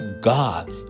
God